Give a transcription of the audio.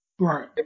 Right